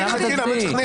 למה תצביעי?